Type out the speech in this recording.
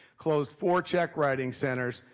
closed four check-writing centers,